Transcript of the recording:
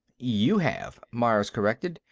you have, myers corrected.